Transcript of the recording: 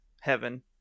heaven